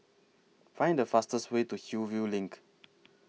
Find The fastest Way to Hillview LINK